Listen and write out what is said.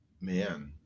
Man